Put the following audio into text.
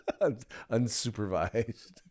Unsupervised